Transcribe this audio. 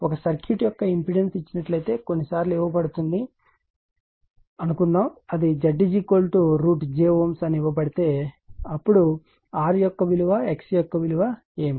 ఒక సర్క్యూట్ యొక్క ఇంపెడెన్స్ ఇచ్చినట్లయితే కొన్నిసార్లు ఇవ్వబడుతుంది అనుకుందాం అది Z j Ω అని ఇవ్వబడితే అప్పుడు r యొక్క విలువ x యొక్క విలువ ఏమిటి